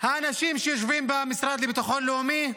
האנשים שיושבים במשרד לביטחון לאומי,